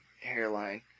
hairline